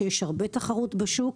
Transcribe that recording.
שיש הרבה תחרות בשוק,